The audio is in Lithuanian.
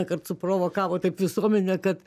kartu provokavo taip visuomenę kad